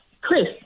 Chris